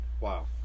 Wow